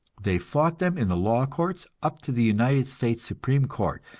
they fought them in the law courts, up to the united states supreme court,